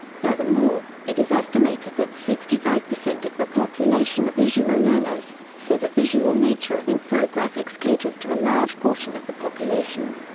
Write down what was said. furthermore, it is estimated that sixty five percent of the population are visual learners, so the visual nature of infographics caters to a large portion of the population.